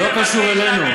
לא קשור אלינו.